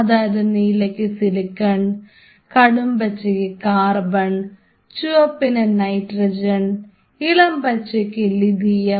അതായത് നീലക്ക് silicon silicon കടുംപച്ചക്ക് കാർബൺ ചുവപ്പിന് നൈട്രജൻ ഇളം പച്ചക്ക് ലിഥിയം